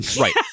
right